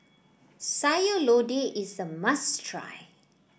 Sayur Lodeh is a must try